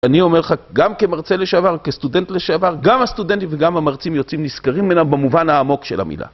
אני אומר לך, גם כמרצה לשעבר, כסטודנט לשעבר, גם הסטודנטים וגם המרצים יוצאים נשכרים ממנה במובן העמוק של המילה.